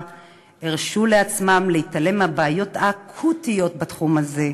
הרשו לעצמם להתעלם מהבעיות האקוטיות בתחום הזה,